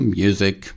music